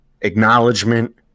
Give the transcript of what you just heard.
acknowledgement